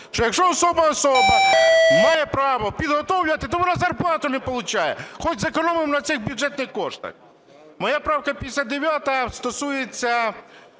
що якщо особа має право підготовлювати, то вона зарплати не получає. Хоч зекономимо на цих бюджетних коштах. Моя правка 59 стосується